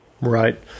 right